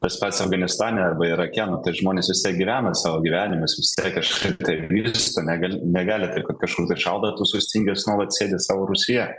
tas pats afganistane arba irake nu tai žmonės susigyvena savo gyvenimus vis tiek kažkaip tai vysto negal negali taip kažkur šaudo tu sustingęs nuolat sėdi sau rūsyje